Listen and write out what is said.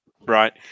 right